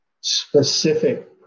specific